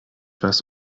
was